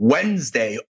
Wednesday